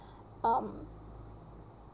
um